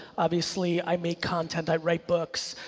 obviously i make content, i write books.